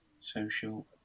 Social